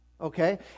Okay